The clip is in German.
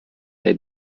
der